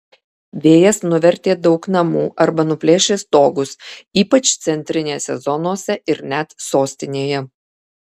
vėjas nuvertė daug namų arba nuplėšė stogus ypač centinėse zonose ir net sostinėje